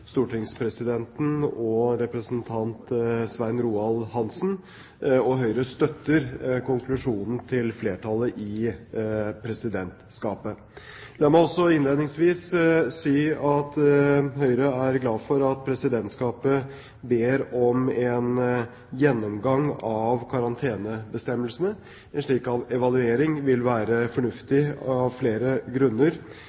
stortingspresidenten og representanten Svein Roald Hansen, og Høyre støtter konklusjonen til flertallet i Presidentskapet. La meg også innledningsvis si at Høyre er glad for at Presidentskapet ber om en gjennomgang av karantenebestemmelsene. En slik evaluering vil være